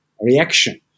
reaction